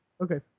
Okay